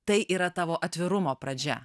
tai yra tavo atvirumo pradžia